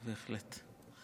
בהחלט.